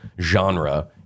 genre